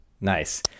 Nice